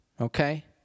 okay